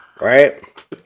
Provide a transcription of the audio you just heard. Right